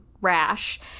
rash